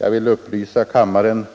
Jag vill upplysa kammaren